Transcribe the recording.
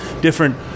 different